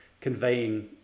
conveying